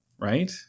right